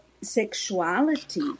sexuality